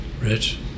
rich